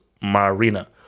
Marina